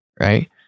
right